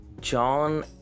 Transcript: John